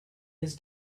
his